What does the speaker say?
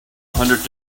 hundred